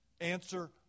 Answer